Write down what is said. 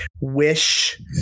wish